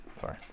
Sorry